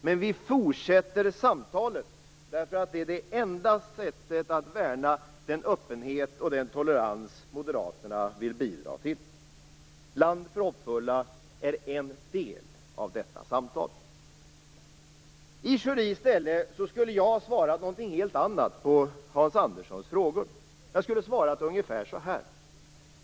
Men vi fortsätter samtalet, därför att det är det enda sättet att värna den öppenhet och den tolerans som Moderaterna vill bidra till. Ett land för hoppfulla är en del av detta samtal. I Schoris ställe skulle jag ha svarat någonting helt annat på Hans Anderssons frågor. Jag skulle ha svarat ungefär så här.